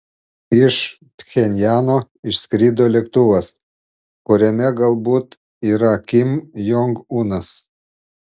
iš pchenjano išskrido lėktuvas kuriame galbūt yra kim jong unas